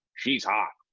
she's hot.